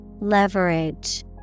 Leverage